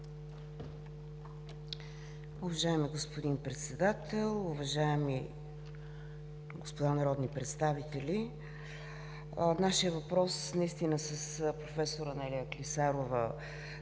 Уважаеми господин Председател, уважаеми господа народни представители! Нашият въпрос е с професор Анелия Клисарова.